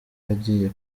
agiye